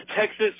Texas